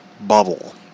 bubble